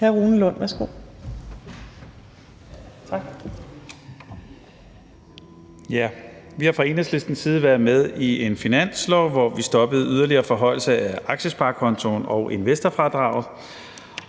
Hr. Rune Lund, værsgo.